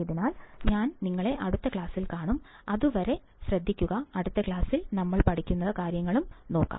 അതിനാൽ ഞാൻ നിങ്ങളെ അടുത്ത ക്ലാസ്സിൽ കാണും അതുവരെ ശ്രദ്ധിക്കുക അടുത്ത ക്ലാസ്സിൽ നമ്മൾ പഠിക്കുന്ന കാര്യങ്ങൾ നോക്കാം